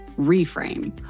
reframe